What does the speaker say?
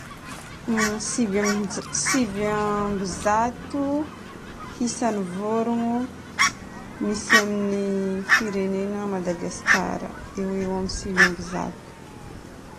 Sivy amby za- sivy amby zato isan'ny vorogno misy amin'ny firenena Madagasikara. Eo ho eo amin'ny Sivy amby zato.